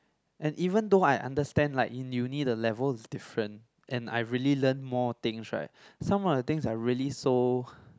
and even though I understand like in uni the level is different and I really learned more things right some of the things are really so